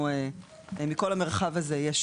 מכל המרחב הזה יש